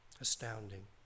Astounding